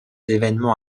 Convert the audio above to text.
évènements